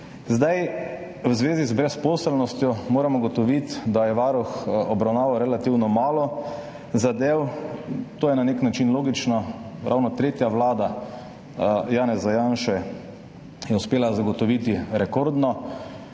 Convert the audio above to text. letu. V zvezi z brezposelnostjo moram ugotoviti, da je Varuh obravnaval relativno malo zadev. To je na nek način logično. Ravno tretja vlada Janeza Janše je uspela zagotoviti rekordno